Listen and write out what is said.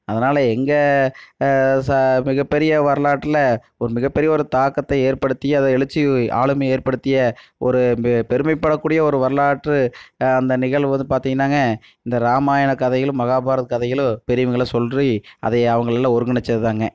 அதனால எங்கள் சா மிகப்பெரிய வரலாற்றில் ஒரு மிக பெரிய ஒரு தாக்கத்தை ஏற்படுத்தி அதை எழுச்சி ஆளுமையை ஏற்படுத்திய ஒரு பெருமைப்படக்கூடிய ஒரு வரலாற்று அந்த நிகழ்வு வந்து பார்த்தீங்ன்னாங்க இந்த ராமாயண கதைகளும் மகாபாரத கதைகளும் பெரியவங்கயெல்லாம் சொல்லி அதை அவங்களையெல்லாம் ஒருங்கிணைத்ததுதாங்க